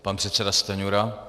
Pan předseda Stanjura.